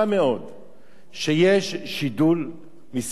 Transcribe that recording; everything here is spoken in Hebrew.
שיש שידול מיסיונרי במדינת ישראל.